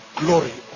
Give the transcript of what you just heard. glory